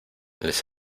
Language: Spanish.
les